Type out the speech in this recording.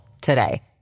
today